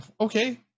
okay